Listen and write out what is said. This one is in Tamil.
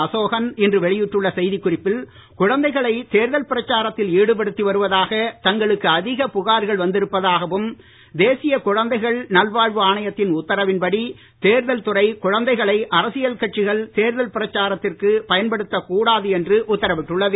அசோகன் இன்று வெளியிட்டுள்ள செய்தி குறிப்பில் குழந்தைகளை தேர்தல் பிரச்சாரத்தில் ஈடுபடுத்தி வருவதாக தங்களுக்கு அதிக புகார்கள் வந்திருப்பதாகவும் தேசிய குழந்தைகள் நல்வாழ்வு ஆணையத்தின் உத்தாவின் படி தேர்தல் துறை குழந்தைகளை அரசியல் கட்சிகள் தேர்தல் பிரச்சாரத்திற்கு பயன்படுத்தகூடாது என்று உத்தரவிட்டுள்ளது